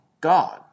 God